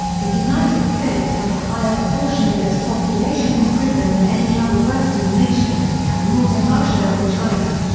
the united states has a higher proportion of its population in prison than any other western nation, and more than russia or china.